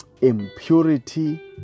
impurity